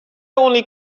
only